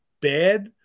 bad